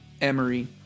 Emery